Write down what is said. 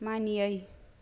मानियै